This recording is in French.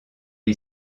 est